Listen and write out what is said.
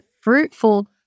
fruitful